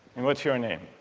and what's your name?